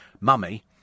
mummy